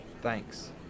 Thanks